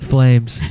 Flames